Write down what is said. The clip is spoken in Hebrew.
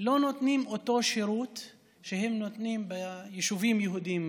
לא נותנים את אותו שירות שהם נותנים ביישובים יהודיים,